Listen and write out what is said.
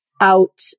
out